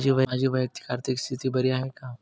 माझी वैयक्तिक आर्थिक स्थिती बरी आहे का?